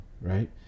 right